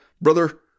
brother